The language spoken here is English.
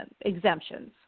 exemptions